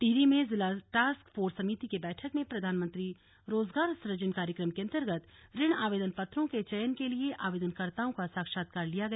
टिहरी में जिला task force समिति की बैठक में प्रधानमंत्री रोजगार सुजन कार्यक्रम के अन्तर्गत ऋण आवेदनपत्रों के चयन के लिए आवेदनकर्ताओं का साक्षात्कार लिया गया